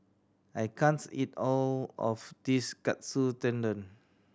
I can't eat all of this Katsu Tendon